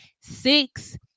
Six